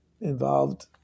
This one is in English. involved